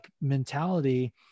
mentality